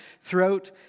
throughout